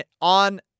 on